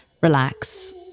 relax